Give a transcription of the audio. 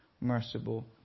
merciful